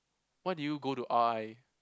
why did you go to R_I